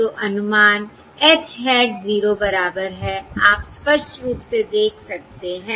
तो अनुमान H hat 0 बराबर है आप स्पष्ट रूप से देख सकते हैं